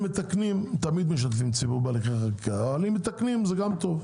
תמיד משתפים ציבור, ואם מתקנים זה גם טוב.